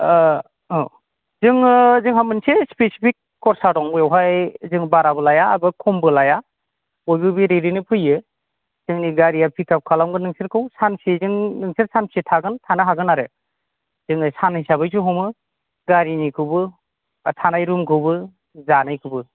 जोङो जोंहा मोनसे स्पिसिपिक खरसा दं बाहाय जों बाराबो लाया खमबो लाया बयबो बे रेटयैनो फैयो जोंनि गारिया पिकआप खालामगोन नोंसोरखौ सानबोसेजों नोंसोर सानबोसे थागोन थानो हागोन आरो जोङो सान हिसाबैसो हमो गारिनिखौबो थानाय रुमखौबो जानायखौबो